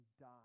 die